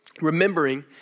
Remembering